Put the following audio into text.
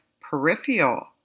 peripheral